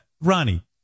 Ronnie